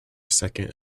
second